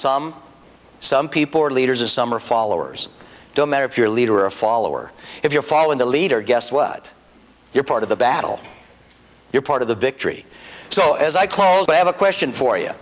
some some people are leaders or some are followers don't matter if you're a leader or a follower if you're following the leader guess what you're part of the battle you're part of the victory so as i close i have a question for you